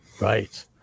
Right